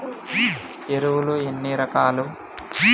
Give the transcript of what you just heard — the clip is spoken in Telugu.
ఎరువులు ఎన్ని రకాలు?